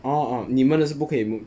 oh oh 你们的是不可以 move